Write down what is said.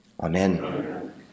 Amen